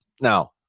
now